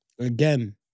Again